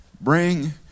bring